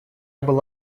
был